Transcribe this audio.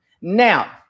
now